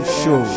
show